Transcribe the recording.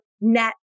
net